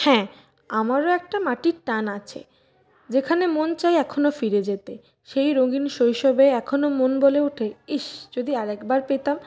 হ্যাঁ আমারও একটা মাটির টান আছে যেখানে মন চায় এখনও ফিরে যেতে সেই রঙিন শৈশবে এখনও মন বলে ওঠে ইস যদি আর একবার পেতাম